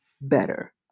better